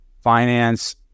finance